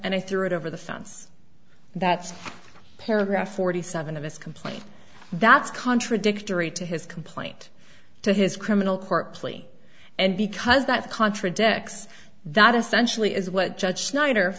and i threw it over the fence that's paragraph forty seven of his complaint that's contradictory to his complaint to his criminal court plea and because that contradicts that essentially is what judge snyder